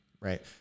right